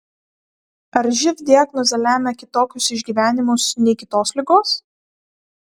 ar živ diagnozė lemia kitokius išgyvenimus nei kitos ligos